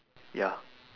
ya